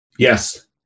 Yes